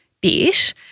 bit